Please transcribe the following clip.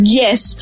yes